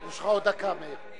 יש לך עוד דקה, מאיר.